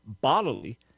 bodily